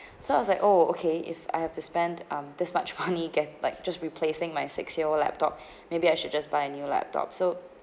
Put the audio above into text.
so I was like oh okay if I have to spend um this much money get like just replacing my six year old laptop maybe I should just buy a new laptop so